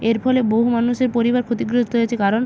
এর ফলে বহু মানুষের পরিবার ক্ষতিগ্রস্ত হয়েছে কারণ